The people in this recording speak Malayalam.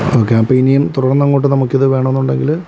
ഓക്കെ അപ്പം ഇനിയും തുടർന്ന് അങ്ങോട്ട് നമുക്ക് ഇത് വേണമെന്നുണ്ടെങ്കിൽ